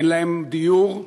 אין להם דיור,